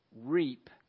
reap